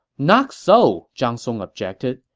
not so, zhang song objected.